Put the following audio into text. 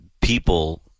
people